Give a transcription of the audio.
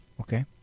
okay